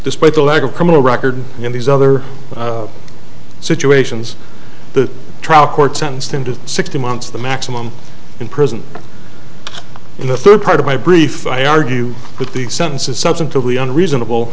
despite the lack of criminal record in these other situations the trial court sentenced him to sixty months the maximum in prison in the third part of my brief i argue with the sentences substantively and reasonable